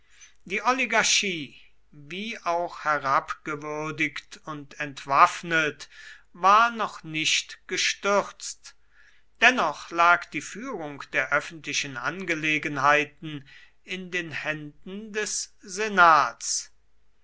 die oligarchie wie auch herabgewürdigt und entwaffnet war noch nicht gestürzt dennoch lag die führung der öffentlichen angelegenheiten in den händen des senats